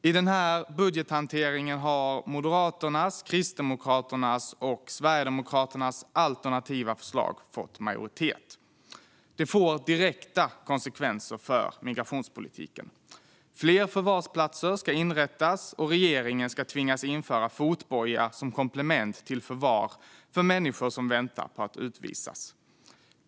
I den här budgethanteringen har Moderaternas, Kristdemokraternas och Sverigedemokraternas alternativa förslag vunnit majoritet. Det får direkta konsekvenser för migrationspolitiken. Fler förvarsplatser ska inrättas, och regeringen ska tvingas införa fotboja som komplement till förvar för människor som väntar på att utvisas.